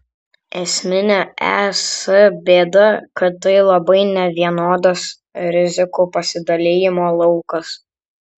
esminė es bėda kad tai labai nevienodas rizikų pasidalijimo laukas